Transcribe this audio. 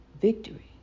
victory